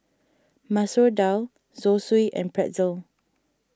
Masoor Dal Zosui and Pretzel